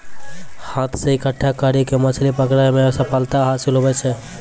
हाथ से इकट्ठा करी के मछली पकड़ै मे सफलता हासिल हुवै छै